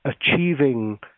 achieving